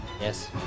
Yes